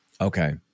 Okay